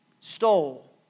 stole